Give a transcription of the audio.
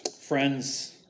Friends